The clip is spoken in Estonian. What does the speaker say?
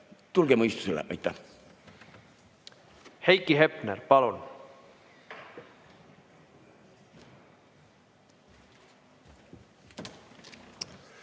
tulge mõistusele! Aitäh! Heiki Hepner, palun!